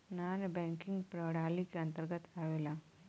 नानॅ banking प्रणाली के अंतर्गत आवेला